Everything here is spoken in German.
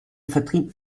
vertrieb